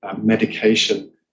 medication